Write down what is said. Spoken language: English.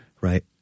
Right